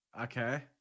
Okay